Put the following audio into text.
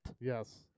Yes